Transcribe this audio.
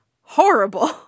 horrible